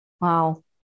Wow